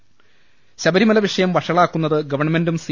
്ത് ശബരിമല വിഷയം വഷളാക്കുന്നത് ഗവൺമെന്റും സി